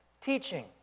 Teaching